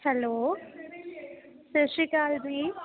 hello Sat Sri Akal ਜੀ